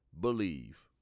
believe